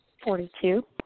Forty-two